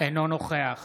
אינו נוכח